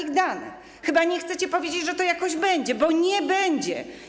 Chyba nie chcecie powiedzieć, że to jakoś będzie, bo nie będzie.